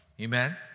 Amen